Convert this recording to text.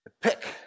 pick